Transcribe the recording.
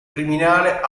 criminale